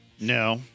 No